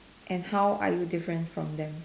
and how are you different from them